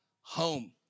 home